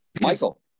Michael